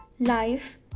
life